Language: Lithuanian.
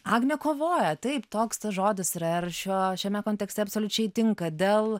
agnė kovoja taip toks tas žodis yra ir šiuo šiame kontekste absoliučiai tinka dėl